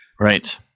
Right